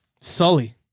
Sully